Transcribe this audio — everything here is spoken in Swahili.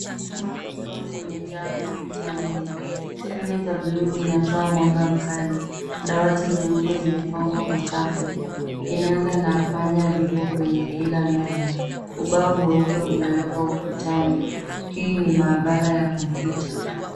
Chumba kikubwa kimejaa kompyuta nyingi, Skrini za buluu zinatoa mwanga makali. Dawati nyeupe zimepangwa kwa safu. Kinanda na panya vipo kwenye kila meza. Ubao mweupe umewekwa ukutani. Hii ni maabara ya kompyuta.